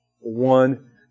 One